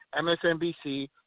MSNBC